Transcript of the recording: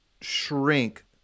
shrink